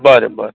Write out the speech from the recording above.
बरें बरें